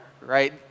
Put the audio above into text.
right